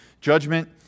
judgment